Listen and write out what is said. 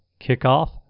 kickoff